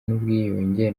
n’ubwiyunge